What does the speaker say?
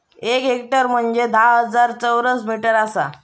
एक हेक्टर म्हंजे धा हजार चौरस मीटर आसा